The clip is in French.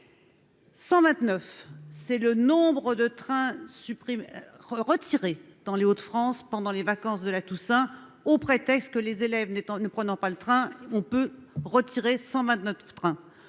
129 c'est le nombre de trains supprimés retirer dans les Hauts-de-France pendant les vacances de la Toussaint, au prétexte que les élèves n'est, en ne prenant pas le train, on peut retirer 129 trains